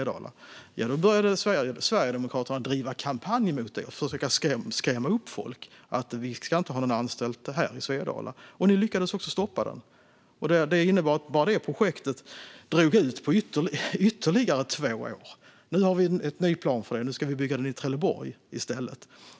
Då började Sverigedemokraterna att driva kampanj mot det och försöka skrämma upp folk: Vi ska inte ha någon anstalt här i Svedala! Ni lyckades stoppa den, och det innebar att det projektet drog ut ytterligare två år på tiden. Nu har vi en ny plan för det projektet, och anstalten ska byggas i Trelleborg i stället.